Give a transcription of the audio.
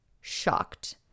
shocked